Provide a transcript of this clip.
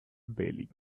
bailey